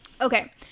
Okay